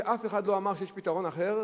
ואף אחד לא אמר שיש פתרון אחר,